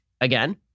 again